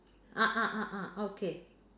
ah ah ah ah okay